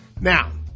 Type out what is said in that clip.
Now